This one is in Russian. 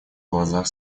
глазах